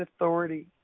authority